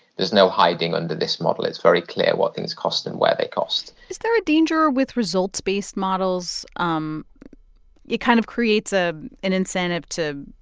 there's no hiding under this model. it's very clear what things cost and what they cost is there a danger with results-based models? um it kind of creates ah an incentive to,